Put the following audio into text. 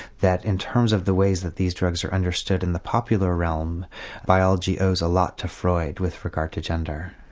that in terms of the ways that these drugs were understood in the popular realm biology owes a lot to freud with regard to gender.